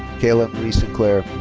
kayla marie sinclair.